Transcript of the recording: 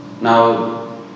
Now